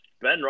Ben